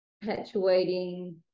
perpetuating